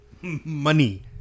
money